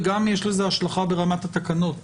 וגם יש לזה השלכה ברמת התקנות,